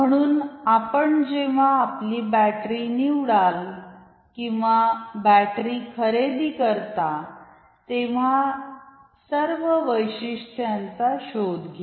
म्हणून आपण जेव्हा आपली बॅटरी निवडाल तेव्हा किंवा बॅटरी खरेदी करता तेव्हा सर्व वैशिष्ट्यांचा शोध घ्या